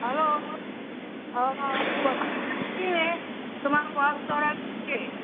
hello અ હ હું બસમાં જતી હતીને તો મારું પર્સ ચોરાઈ ગ્યું છે